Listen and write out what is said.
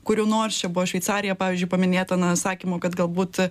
kurių nors čia buvo šveicarija pavyzdžiui paminėtina na sakymo kad galbūt